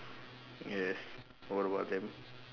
yes what about them